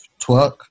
Twerk